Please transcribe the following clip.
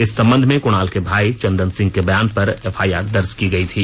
इस संबंध में कुणाल के भाई चंदन सिंह के बयान पर एफआईआर दर्ज की गयी थी